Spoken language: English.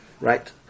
Right